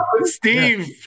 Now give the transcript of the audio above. Steve